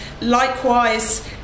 likewise